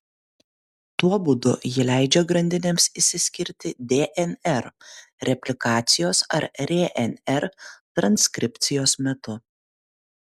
tuo būdu ji leidžia grandinėms išsiskirti dnr replikacijos ar rnr transkripcijos metu